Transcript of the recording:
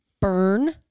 burn